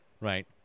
right